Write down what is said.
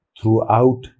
throughout